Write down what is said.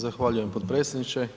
Zahvaljujem potpredsjedniče.